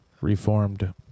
Reformed